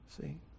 See